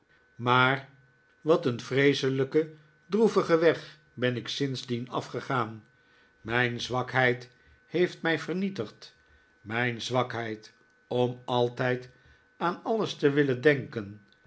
maar wat een vreeselijken droevigen weg ben ik sindsdien afgegaan mijn zwakheid heeft mij vernietigd mijn zwakheid om altijd aan alles te willen denken